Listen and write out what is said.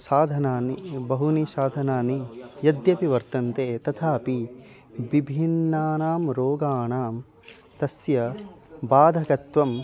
साधनानि बहूनि साधनानि यद्यपि वर्तन्ते तथापि विभिन्नानां रोगाणां तस्य बाधकत्वम्